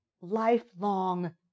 lifelong